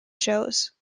shows